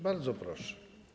Bardzo proszę.